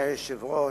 אדוני היושב ראש,